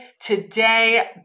Today